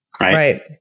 Right